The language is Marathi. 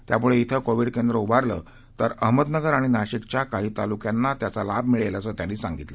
त्यामुळे श्वे कोविड केंद्र उभारलं तर अहमदनगर आणि नाशिकच्या काही तालुक्याला त्याचा लाभ मिळेल असं त्यांनी सांगितलं